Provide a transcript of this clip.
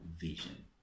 vision